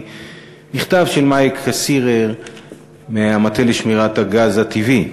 מכתב של מאי קסירר מהמטה לשמירת הגז הטבעי: